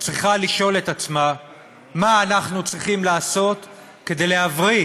צריכה לשאול את עצמה מה אנחנו צריכים לעשות כדי להבריא